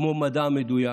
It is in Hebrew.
כמו מדע מדויק,